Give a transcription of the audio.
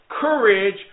courage